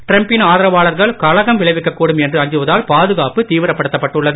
டிரம்பின் ஆதரவாளர்கள் கலகம் விளைவிக்க கூடும் என்று அஞ்சுவதால் பாதுகாப்பு தீவிரப்படுத்தப்பட்டுள்ளது